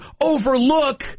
overlook